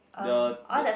the the